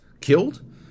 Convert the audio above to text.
killed